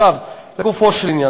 עכשיו לגופו של עניין.